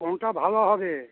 কোনটা ভালো হবে